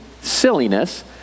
silliness